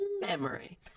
Memory